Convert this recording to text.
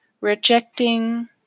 Rejecting